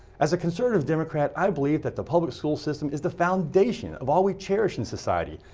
as a conservative democrat, i believe that the public school system is the foundation of all we cherish in society,